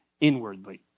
inwardly